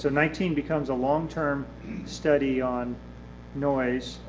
so nineteen becomes a long-term study on noise,